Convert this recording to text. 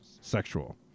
sexual